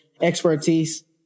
expertise